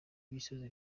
imisozi